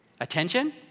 Attention